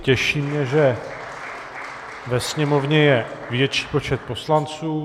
Těší mě, že ve Sněmovně je větší počet poslanců.